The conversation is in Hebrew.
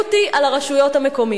האחריות היא על הרשויות המקומיות.